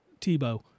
Tebow